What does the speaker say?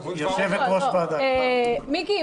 מיקי,